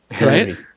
right